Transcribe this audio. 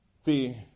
See